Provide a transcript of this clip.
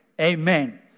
Amen